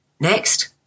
Next